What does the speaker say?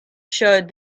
showed